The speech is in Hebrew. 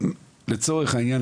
לצורך העניין,